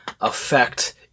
affect